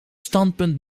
standpunt